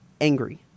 angry